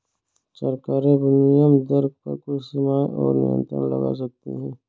सरकारें विनिमय दर पर कुछ सीमाएँ और नियंत्रण लगा सकती हैं